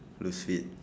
lose shit